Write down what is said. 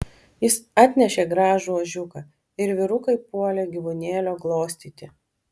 jis atnešė gražų ožiuką ir vyrukai puolė gyvūnėlio glostyti